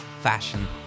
fashion